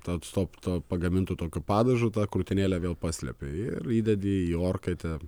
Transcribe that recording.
tą stop to pagamintu tokiu padažu tą krūtinėlę vėl paslėpi ir įdedi į orkaitę